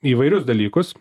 įvairius dalykus